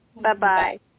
bye-bye